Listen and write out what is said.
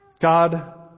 God